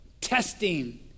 Testing